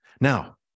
Now